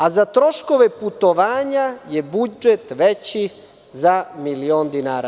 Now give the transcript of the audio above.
A za troškove putovanja je budžet veći za milion dinara.